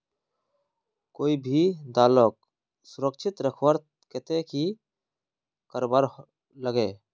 कोई भी दालोक सुरक्षित रखवार केते की करवार लगे?